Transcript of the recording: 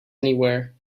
anywhere